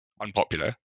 unpopular